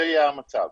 זה יהיה המצב.